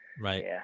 Right